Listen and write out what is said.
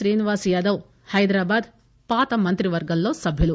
శ్రీనివాస్ యాదవ్ హైదరాబాద్ వీరు పాత మంత్రివర్గంలో సభ్యులు